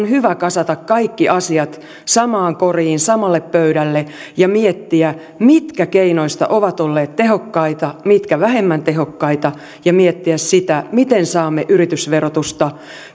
hyvä kasata kaikki asiat samaan koriin samalle pöydälle ja miettiä mitkä keinoista ovat olleet tehokkaita mitkä vähemmän tehokkaita ja miettiä sitä miten saamme yritysverotusta